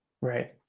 Right